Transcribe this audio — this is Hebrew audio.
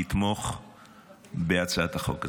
לתמוך בהצעת החוק הזאת.